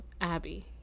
Abby